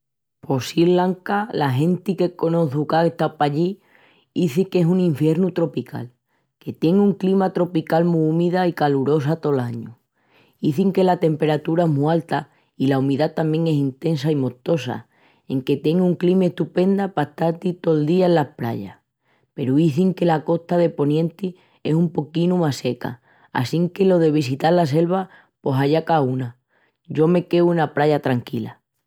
Pos Sri Lanka ,la genti que conoçu qu'á estau pallí, izi qu'es un infiernu tropical, que tien una climi tropical mu úmida i calorosa tol añu. Izin que la temperatura es mu alta i la umidá tamién es intesa i mostosa, enque tien una climi estupenda pa estal-ti tol día enas prayas. Peru izin que la costa de ponienti es un poquinu más seca assinque lo de vesital la selva pos alla caúna, yo me queu ena praya tranquila.